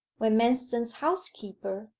when manston's housekeeper,